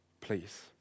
please